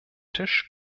tisch